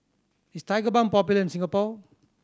is Tigerbalm popular in Singapore